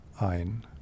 ein